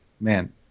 man